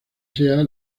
sea